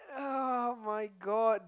[oh]-my-god